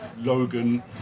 Logan